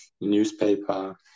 newspaper